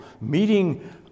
Meeting